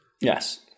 Yes